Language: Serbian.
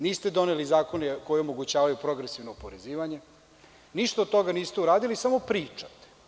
Niste doneli zakone koji omogućavaju progresivno oporezivanje, ništa od toga niste uradili, samo pričate.